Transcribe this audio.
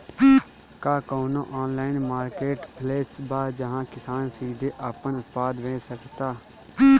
का कोनो online marketplace बा जहां किसान सीधे अपन उत्पाद बेच सकता?